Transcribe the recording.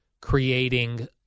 creating